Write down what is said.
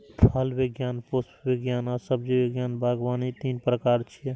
फल विज्ञान, पुष्प विज्ञान आ सब्जी विज्ञान बागवानी तीन प्रकार छियै